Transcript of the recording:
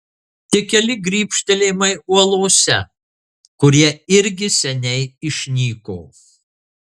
tik keli grybštelėjimai uolose kurie irgi seniai išnyko